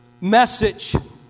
message